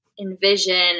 envision